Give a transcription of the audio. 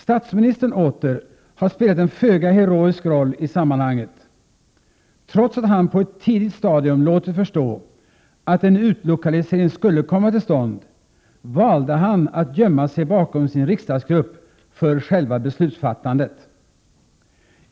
Statsministern åter har spelat en föga heroisk roll i sammanhanget. Trots att han på ett tidigt stadium låtit förstå att en utlokalisering skulle komma till stånd, valde han att gömma sig bakom sin riksdagsgrupp vad gäller själva beslutsfattandet.